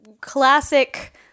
classic